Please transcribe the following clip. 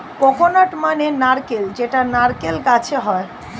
coconut মানে নারকেল যেটা নারকেল গাছে হয়